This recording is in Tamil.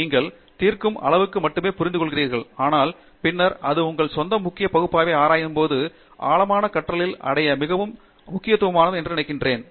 நீங்கள் தீர்க்கும் அளவுக்கு மட்டுமே புரிந்துகொள்கிறீர்கள் ஆனால் பின்னர் அது உங்கள் சொந்த முக்கிய பகுப்பாய்வை ஆராயும் போது ஆழமான கற்றலில் அடைய மிகவும் முக்கியமானது என்று நான் நினைக்கிறேன்